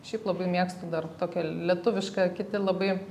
šiaip labai mėgstu dar tokią lietuvišką kiti labai